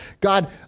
God